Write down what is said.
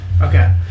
Okay